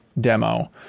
Demo